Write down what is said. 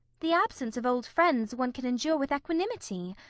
the absence of old friends one can endure with equanimity.